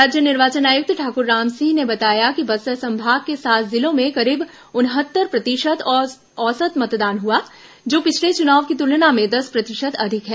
राज्य निर्वाचन आयुक्त ठाकुर रामसिंह ने बताया कि बस्तर संभाग के सात जिलों में करीब उनहत्तर प्रतिशत औसत मतदान हुआ जो पिछले चुनाव की तुलना में दस प्रतिशत अधिक है